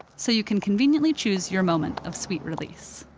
so you can conveniently choose your moment of sweet release.